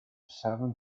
seven